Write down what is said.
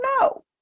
no